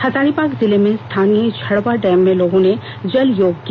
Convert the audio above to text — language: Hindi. हजारीबाग जिले में स्थानीय छड़वा डैम में लोगों ने जल योग किया